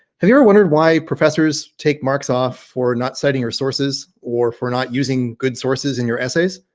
have you ever wondered why professors take marks off for not citing your sources or for not using good sources in your essays?